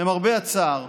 למרבה הצער,